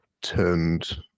turned